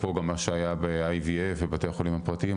אפרופו גם מה שהיה ב-IVF ובתי החולים הפרטיים,